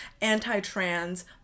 anti-trans